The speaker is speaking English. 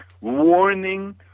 warning